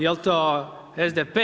Jel' to SDP?